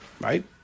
right